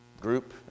group